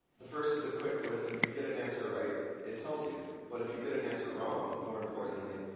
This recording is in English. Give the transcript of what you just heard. the first is a quick quiz. and if you get an answer right, it tells you. but if you get an answer wrong, more importantly,